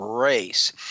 race